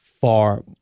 far